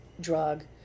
drug